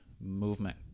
movement